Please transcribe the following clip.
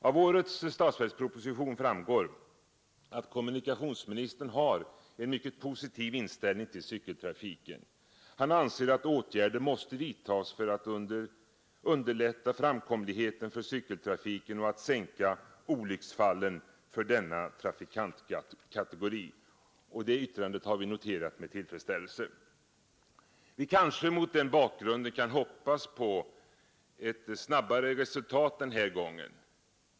Av årets statsverksproposition framgår att kommunikationsministern har en mycket positiv inställning till cykeltrafiken. Han anser att åtgärder måste vidtas för att underlätta framkomligheten för cykeltrafiken och sänka antalet olycksfall för denna trafikantkategori, och det yttrandet har vi noterat med tillfredsställelse. Mot den bakgrunden kan vi kanske hoppas på ett snabbare resultat den här gången.